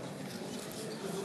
כנסת, 56